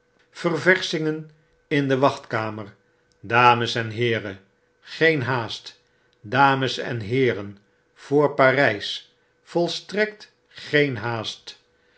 ververschingen in de wachtkamer dames en heeren geen haast dames en heeren voor parys volstrekt geen haast